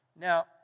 Now